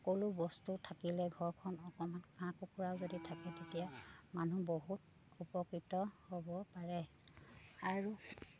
সকলো বস্তু থাকিলে ঘৰখন অকণমান হাঁহ কুকুৰাও যদি থাকে তেতিয়া মানুহ বহুত উপকৃত হ'ব পাৰে আৰু